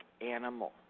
animal